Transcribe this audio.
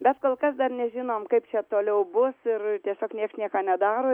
bet kol kas dar nežinom kaip čia toliau bus ir tiesiog nieks nieko nedaro